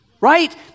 Right